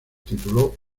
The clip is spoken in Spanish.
tituló